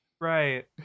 Right